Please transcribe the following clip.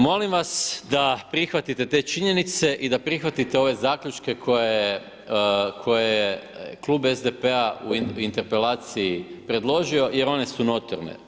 Molim vas da prihvatite te činjenice i da prihvatite ove zaključke koje je klub SDP-a u Interpelaciji predložio jer one su notorne.